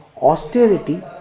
austerity